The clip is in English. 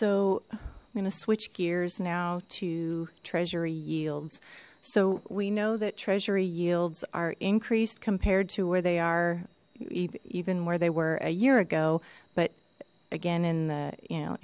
gonna switch gears now to treasury yields so we know that treasury yields are increased compared to where they are even where they were a year ago but again in the you know